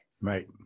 Right